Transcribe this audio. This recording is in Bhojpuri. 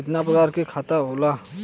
कितना प्रकार के खाता होला?